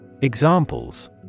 Examples